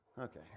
Okay